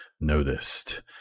noticed